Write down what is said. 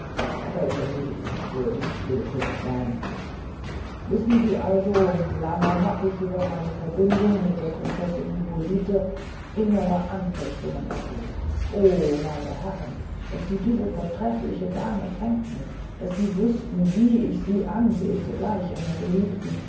aber ich ermüde ihre geduld ich will kurz seyn wissen sie also lange hab ich über meine verbindung mit der prinzessin hippolite innere anfechtung erduldet o meine herren daß sie diese vortrefliche dame kennten daß sie wüßten wie ich sie anbete gleich einer geliebten